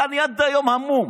אתה יודע, אני עדיין היום המום.